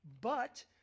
But